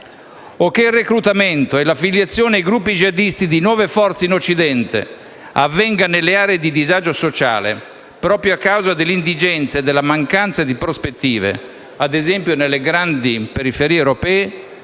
o che il reclutamento e l'affiliazione ai gruppi jihadisti di nuove forze in Occidente avvenga nelle aree di disagio sociale proprio a causa dell'indigenza e della mancanza di prospettive, ad esempio nelle grandi periferie europee.